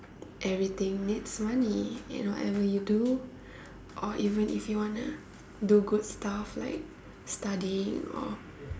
everything needs money in whatever you do or even if you want to do good stuff like study or